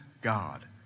God